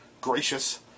Gracious